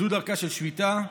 זו דרכה של שביתה,